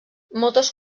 moltes